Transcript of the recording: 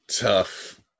tough